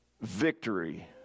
victory